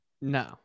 No